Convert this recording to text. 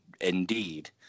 indeed